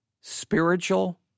spiritual